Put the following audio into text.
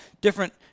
different